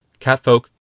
catfolk